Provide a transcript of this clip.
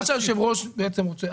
מה שהיושב-ראש רוצה,